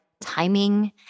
timing